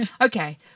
Okay